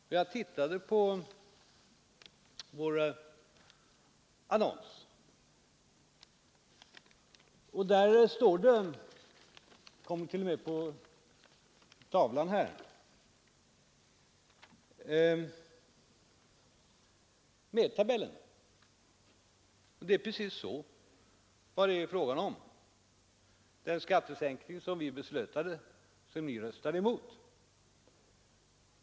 Jag har tittat på våra annonser och vill visa en på bildskärmen. Den tabell som finns i den annonsen visar precis vad det är fråga om, nämligen den skattesäkning som riksdagen beslutade men som ni röstade emot.